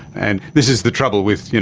and this is the trouble with, you know,